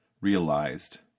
realized